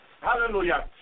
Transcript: hallelujah